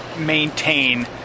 maintain